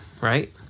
right